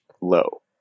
low